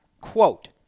quote